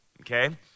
okay